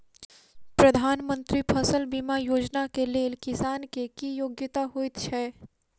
प्रधानमंत्री फसल बीमा योजना केँ लेल किसान केँ की योग्यता होइत छै?